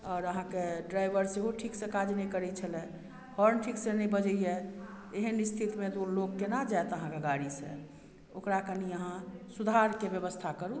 आओर अहाँके ड्राइवर सेहो ठीकसँ काज नहीं करै छलय हॉर्न ठीकसँ नहि बजैया एहन स्थितिमे तऽ लोक कोना जायत अहाँकेॅं गाड़ीसँ ओकरा कनी अहाँ सुधारऽके व्यवस्था करू